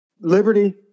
liberty